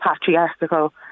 patriarchal